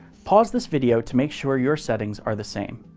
pause this video to make sure your settings are the same.